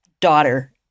daughter